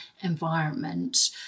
environment